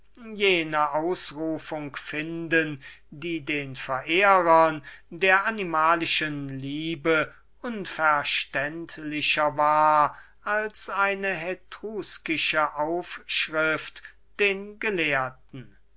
jene stelle finden die den verehrern der animalischen liebe unverständlicher ist als eine hetruscische aufschrift den gelehrten